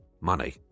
money